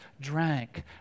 drank